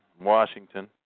Washington